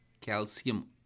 calcium